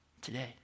today